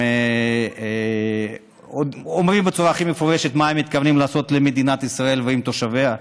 הם אומרים בצורה הכי מפורשת מה הם מתכוונים לעשות למדינת ישראל ותושביה.